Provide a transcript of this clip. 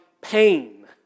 pain